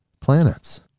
planets